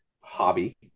hobby